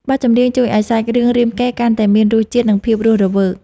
បទចម្រៀងជួយឱ្យសាច់រឿងរាមកេរ្តិ៍កាន់តែមានរសជាតិ និងភាពរស់រវើក។